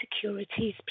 Securities